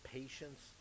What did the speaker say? patience